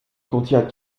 contient